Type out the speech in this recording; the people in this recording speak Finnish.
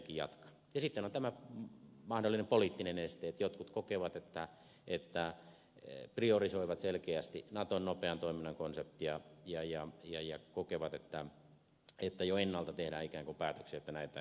sitten on tämä mahdollinen poliittinen este että jotkut kokevat että priorisoivat selkeästi naton nopean toiminnan konseptia ja kokevat että jo ennalta tehdään ikään kuin päätöksiä että näitä ei hyödynnetä